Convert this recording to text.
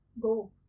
go